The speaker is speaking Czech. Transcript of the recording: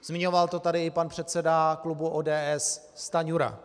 Zmiňoval to tady i pan předseda klubu ODS Stanjura.